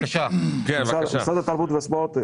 משרד התרבות והספורט,